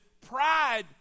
Pride